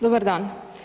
Dobar dan.